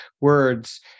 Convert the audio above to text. words